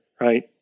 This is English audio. right